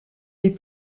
des